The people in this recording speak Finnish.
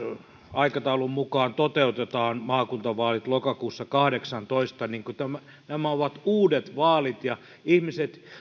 aikataulun mukaan toteutetaan maakuntavaalit lokakuussa kahdeksantoista kun nämä ovat uudet vaalit ja ihmiset